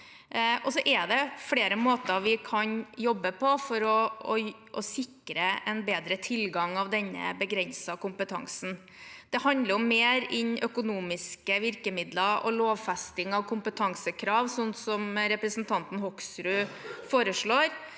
Det er flere måter vi kan jobbe på for å sikre bedre tilgang til denne begrensede kompetansen. Det handler om mer enn økonomiske virkemidler og lovfesting av kompetansekrav, som representanten Hoksrud foreslår.